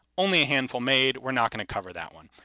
only a handful made, we're not going to cover that one.